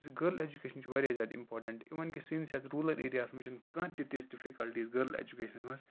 زِ girl education چھِ واریاہ زیادٕ اِمپاٹَنٹ اِوَن کہِ سٲنۍ ساتہٕ روٗرَل ایٚریاہَس منٛز چھِنہٕ کانٛہہ تہِ تِژھ ڈِفِکَلٹیٖز گٔرل اٮ۪جوکیشَنَس منٛز